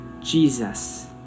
Jesus